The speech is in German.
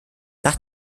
nach